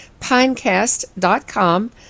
pinecast.com